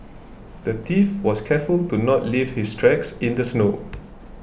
the thief was careful to not leave his tracks in the snow